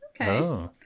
Okay